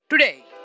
Today